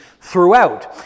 throughout